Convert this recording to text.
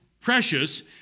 precious